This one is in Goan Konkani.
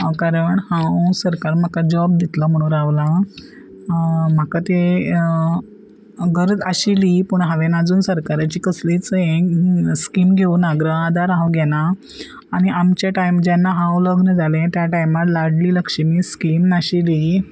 कारण हांव सरकार म्हाका जॉब दितलो म्हणून रावलां म्हाका ते गरज आशिल्ली पूण हांवें आजून सरकाराची कसलीच हें स्कीम घेवूं ना गृह आदार हांव घेना आनी आमचे टायम जेन्ना हांव लग्न जालें त्या टायमार लाडली लक्ष्मी स्कीम नाशिल्ली